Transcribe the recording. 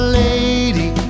lady